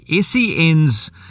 SEN's